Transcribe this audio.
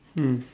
mm